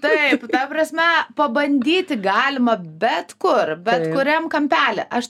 taip ta prasme pabandyti galima bet kur bet kuriam kampely aš